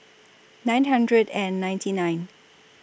nine hundred and ninety nine